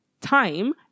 Time